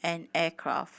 and aircraft